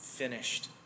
finished